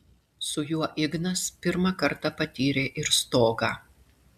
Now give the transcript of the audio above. su juo ignas pirmą kartą patyrė ir stogą